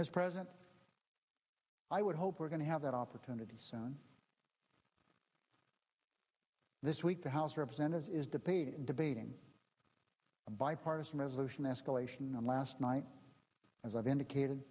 as president i would hope we're going to have that opportunity soon this week the house of representatives is debating debating a bipartisan resolution escalation and last night as i've